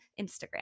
Instagram